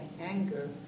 anger